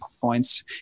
points